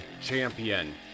champion